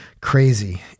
Crazy